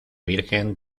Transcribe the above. virgen